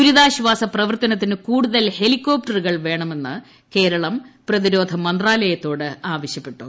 ദുരിതാശ്ചാസ പ്രവർത്തനത്തിന് കൂടുതൽ ഹെലികോപ്ടറുകൾ വേണമെന്ന് കേരളം പ്രതിരോധ മന്ത്രാലയത്തോട് ആവശ്യപ്പെട്ടു